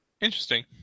Interesting